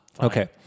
Okay